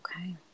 okay